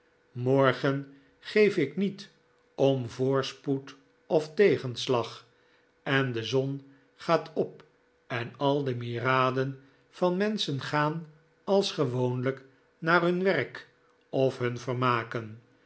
morgen geef ik niet om voorspoed of tegenslag en de zon gaat op en al de myriaden van menschen gaan als gewoonlijk naar hun werk of hun vermaken